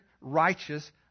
righteous